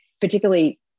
particularly